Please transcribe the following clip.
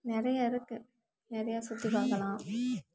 நிறையா இருக்குது நிறையா சுற்றி பார்க்கலாம்